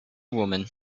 woman